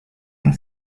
yang